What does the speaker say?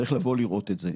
צריך לבוא לראות את זה.